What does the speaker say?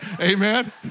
amen